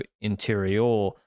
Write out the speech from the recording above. Interior